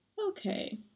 Okay